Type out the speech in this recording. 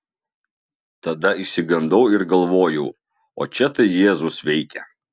tada išsigandau ir galvojau o čia tai jėzus veikia